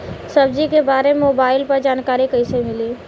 सब्जी के बारे मे मोबाइल पर जानकारी कईसे मिली?